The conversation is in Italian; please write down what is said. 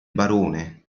barone